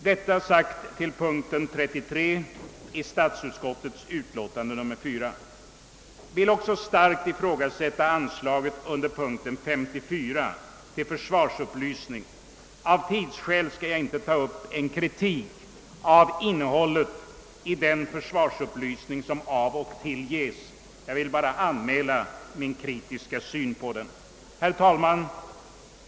— Detta sagt till punkten 33 i statsutskottets utlåtande nr 4. Jag vill också starkt ifrågasätta lämpligheten av anslaget under punkten 54 till försvarsupplysning. Av tidsskäl skall jag inte ta upp en kritik av innehållet i den försvarsupplysning som av och till ges; jag vill bara anmäla min kritiska syn på den. Herr talman!